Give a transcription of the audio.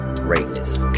greatness